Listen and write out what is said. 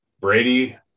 Brady